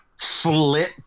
flip